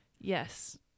Yes